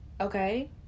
okay